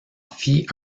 fit